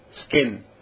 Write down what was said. skin